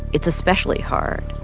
it's especially hard.